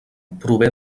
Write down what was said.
prové